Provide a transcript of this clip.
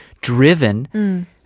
driven